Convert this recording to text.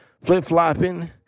flip-flopping